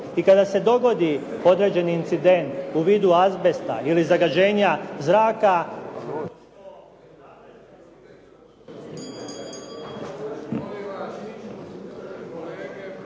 I kada se dogodi određeni incident u vidu azbesta ili zagađenja zraka